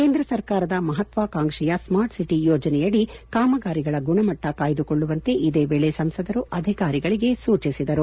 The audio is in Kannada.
ಕೇಂದ್ರ ಸರ್ಕಾರದ ಮಹತ್ವಕಾಂಕ್ಷೆಯ ಸ್ಮಾರ್ಟ್ ಸಿಟಿ ಯೋಜನೆಯಡಿ ಕಾಮಗಾರಿಗಳ ಗುಣಮಟ್ಟ ಕಾಯ್ದುಕೊಳ್ಳುವಂತೆ ಇದೇ ವೇಳೆ ಸಂಸದರು ಅಧಿಕಾರಿಗಳಿಗೆ ಸೂಚಿಸಿದರು